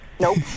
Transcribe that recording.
Nope